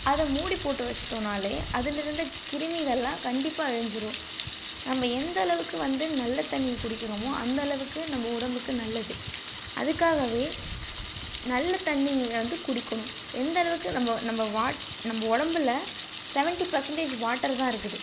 அதை மூடி போட்டு வெச்சுட்டோன்னாலே அதில் இருந்து கிருமிகளெலாம் கண்டிப்பாக அழிஞ்சுரும் நம்ம எந்தளவுக்கு வந்து நல்ல தண்ணியை குடிக்கிறமோ அந்தளவுக்கு நம்ம உடம்புக்கு நல்லது அதுக்காகவே நல்ல தண்ணிங்க வந்து குடிக்கணும் எந்தளவுக்கு நம்ம நம்ம வாட் நம்ம உடம்புல செவன்ட்டி பர்சென்டேஜ் வாட்டர் தான் இருக்குது